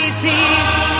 peace